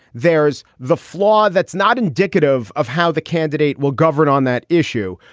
there's the flaw. that's not indicative of how the candidate will govern on that issue.